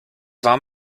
war